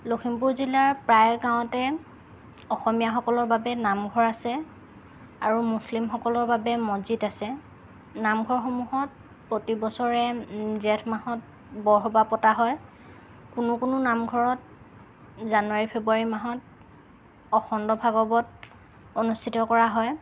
লখিমপুৰ জিলাৰ প্ৰায় গাঁৱতে অসমীয়াসকলৰ বাবে নামঘৰ আছে আৰু মুছলিমসকলৰ বাবে মছজিদ আছে নামঘৰসমূহত প্ৰতি বছৰে জেঠ মাহত বৰসবাহ পতা হয় কোনো কোনো নামঘৰত জানুৱাৰী ফেব্ৰুৱাৰী মাহত অখণ্ড ভাগৱত অনুষ্ঠিত কৰা হয়